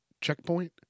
checkpoint